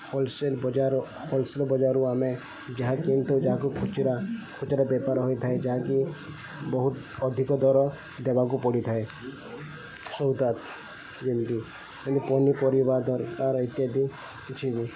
wholesale ବଜାର wholesale ବଜାରରୁ ଆମେ ଯାହା କିଣିଥାଉ ଯାହାକୁ ଖୁଚୁରା ଖୁଚୁରା ବେପାର ହୋଇଥାଏ ଯାହାକି ବହୁତ ଅଧିକ ଦର ଦେବାକୁ ପଡ଼ିଥାଏ ସଉଦା ଯେମିତି ପନିପରିବା ଦରକାର ଇତ୍ୟାଦି କିଛି ବି